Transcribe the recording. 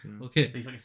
Okay